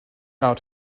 out